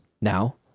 Now